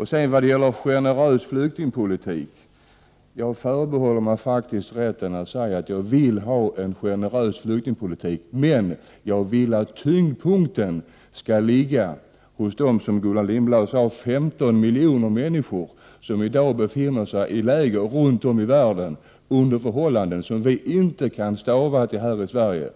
I fråga om en generös flyktingpolitik förbehåller jag mig faktiskt rätten att säga att jag vill ha en generös flyktingpolitik men att jag vill att tyngdpunkten skall ligga på, vilket Gullan Lindblad var inne på, de 15 miljoner människor som i dag befinner sig i läger runt om i världen under förhållanden som vi inte kan stava till här i Sverige.